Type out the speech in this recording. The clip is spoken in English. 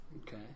Okay